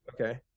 Okay